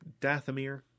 Dathomir